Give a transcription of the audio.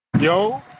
Yo